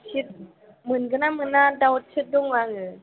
seat मोनगोन ना मोना डाउटसो दं आङो